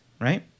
right